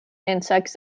insects